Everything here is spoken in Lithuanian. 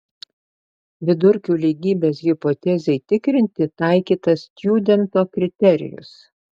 vidurkių lygybės hipotezei tikrinti taikytas stjudento kriterijus